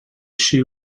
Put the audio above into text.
chez